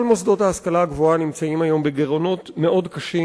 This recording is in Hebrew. כל המוסדות להשכלה גבוהה נמצאים היום בגירעונות מאוד קשים.